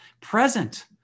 present